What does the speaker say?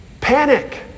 panic